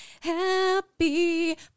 happy